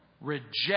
reject